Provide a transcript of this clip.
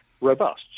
robust